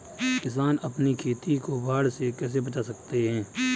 किसान अपनी खेती को बाढ़ से कैसे बचा सकते हैं?